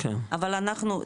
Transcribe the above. אבל אנחנו,